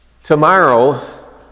Tomorrow